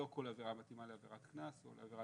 לא כל עבירה מתאימה לעבירת קנס או לעבירה